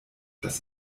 das